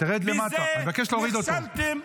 בזה נכשלתם.